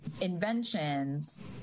Inventions